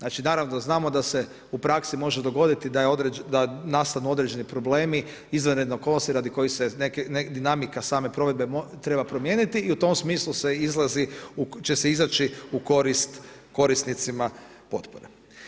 Naravno da znamo, da se u praksi može dogoditi da nastanu određeni problemi, izvanredne okolnosti, na koje se dinamika same provedbe treba promijeniti i u tom smislu će se izaći u korist korisnicima potpore.